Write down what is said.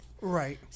Right